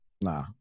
Nah